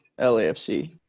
LAFC